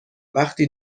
وقتی